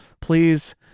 Please